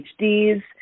PhDs